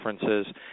differences